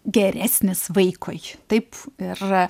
geresnis vaikui taip ir